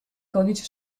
codice